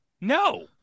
No